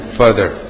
further